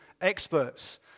experts